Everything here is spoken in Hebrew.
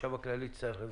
החשב הכללי צריך.